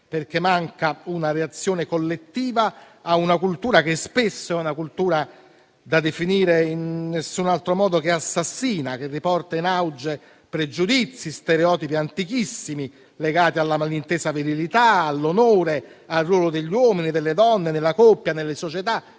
perché manca una reazione collettiva a una cultura che spesso è da definire solo come assassina, che riporta in auge pregiudizi e stereotipi antichissimi, legati alla malintesa virilità, all'onore, al ruolo degli uomini e delle donne nella coppia, nelle società.